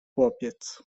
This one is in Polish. chłopiec